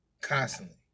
Constantly